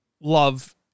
love